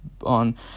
on